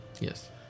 Yes